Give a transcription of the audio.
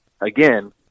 again